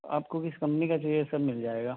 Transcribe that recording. آپ کو کِس کمپنی کا چاہیے سب مِل جائے گا